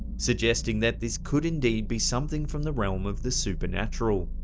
suggesting that this could indeed be something from the realm of the supernatural.